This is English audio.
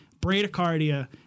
bradycardia